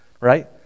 right